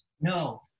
No